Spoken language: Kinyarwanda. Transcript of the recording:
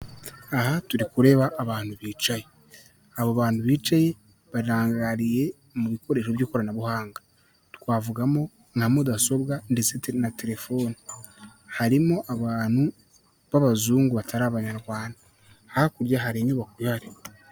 Aha turikureba abantu bicaye, abo bantu bicaye barangariye mu bikoresho by'ikoranabuhanga, twavugamo nka mudasobwa ndetse na telefoni, harimo abantu b'abazungu batari abanyarwanda, hakurya hari inyubako ihari.